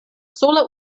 sola